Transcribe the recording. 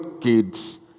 kids